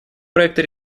проекта